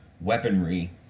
weaponry